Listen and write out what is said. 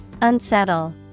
Unsettle